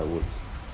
I would